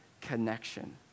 connection